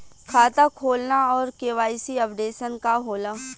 खाता खोलना और के.वाइ.सी अपडेशन का होला?